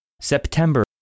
September